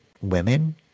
women